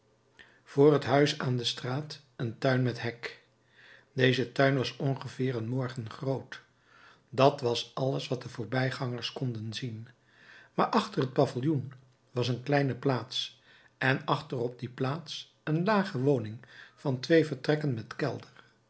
voor het huis aan de straat een tuin met hek deze tuin was ongeveer een morgen groot dat was alles wat de voorbijgangers konden zien maar achter het paviljoen was een kleine plaats en achter op die plaats een lage woning van twee vertrekken met kelder